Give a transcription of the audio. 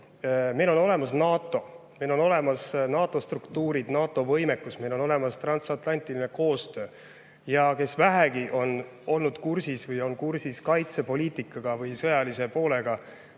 meil on olemas NATO, meil on olemas NATO struktuurid ja NATO võimekus, meil on olemas transatlantiline koostöö. Need, kes vähegi on kursis kaitsepoliitika või sõjalise poolega,